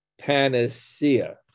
panacea